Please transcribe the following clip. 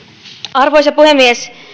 arvoisa puhemies